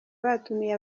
batumiye